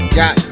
got